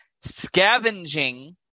scavenging